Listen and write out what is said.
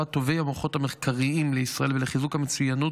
טובי המוחות המחקריים לישראל ולחיזוק המצוינות